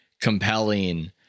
compelling